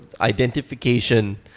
identification